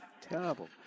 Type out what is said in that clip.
terrible